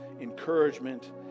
encouragement